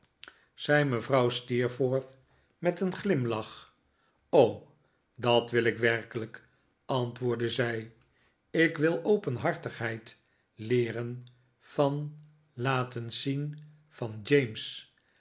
zei mevrouw steerforth met een glimlach r o dat wil ik werkelijk antwoordde zij ik wil openhartigheid leeren van laat eens zien van james